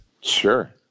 Sure